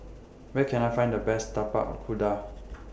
Where Can I Find The Best Tapak Kuda